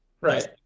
Right